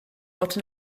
what